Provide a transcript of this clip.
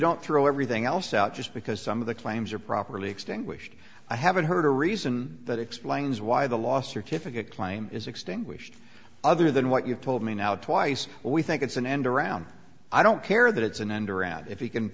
don't throw everything else out just because some of the claims are properly extinguished i haven't heard a reason that explains why the last certificate claim is extinguished other than what you've told me now twice we think it's an end around i don't care that it's an end around if you can